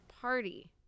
Party